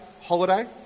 holiday